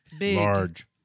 Large